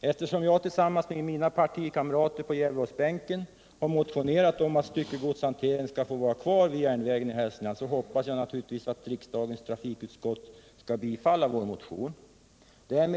Jag har tillsammans med mina partikamrater på Gävleborgsbänken motionerat om att styckegodshanteringen skall få vara kvar vid järnvägen i Hälsingland, och jag hoppas naturligtvis att riksdagens trafikutskott skall tillstyrka motionen och kammaren bifalla den.